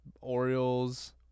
Orioles